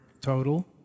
total